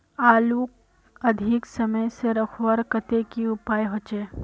आलूक अधिक समय से रखवार केते की उपाय होचे?